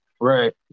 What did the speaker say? Right